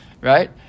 right